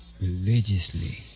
religiously